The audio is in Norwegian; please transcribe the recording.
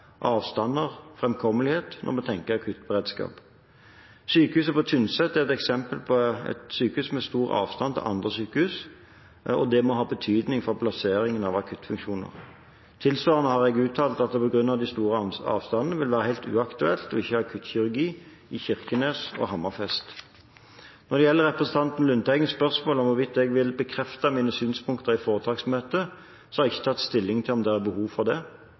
avstander og framkommelighet når vi tenker akuttberedskap. Sykehuset på Tynset er et eksempel på at stor avstand til andre sykehus må ha betydning for plasseringen av akuttfunksjoner. Tilsvarende har jeg uttalt at det på grunn av de store avstandene vil være helt uaktuelt ikke å ha akuttkirurgi i Kirkenes og Hammerfest. Når det gjelder representanten Lundteigens spørsmål om hvorvidt jeg vil bekrefte mine synspunkter i foretaksmøtet, har jeg ikke tatt stilling til om det er behov for det.